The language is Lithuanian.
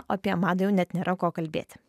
apie madą jau net nėra ko kalbėti